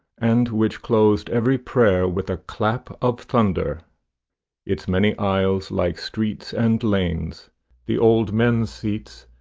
and which closed every prayer with a clap of thunder its many aisles, like streets and lanes the old men's seats,